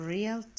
Real